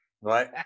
right